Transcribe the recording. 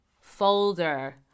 Folder